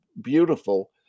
beautiful